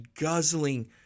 guzzling